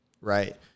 right